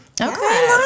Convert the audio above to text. Okay